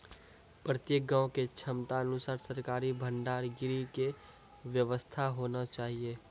प्रत्येक गाँव के क्षमता अनुसार सरकारी भंडार गृह के व्यवस्था होना चाहिए?